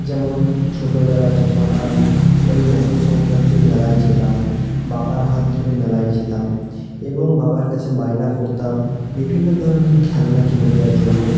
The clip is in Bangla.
যেমন ছোটোবেলায় যখন আমি ওই মকর সংক্রান্তির মেলায় যেতাম বাবার হাত ধরে মেলায় যেতাম এবং বাবার কাছে বায়না করতাম বিভিন্ন ধরনের খেলনা কিনে দেওয়ার জন্য